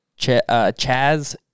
Chaz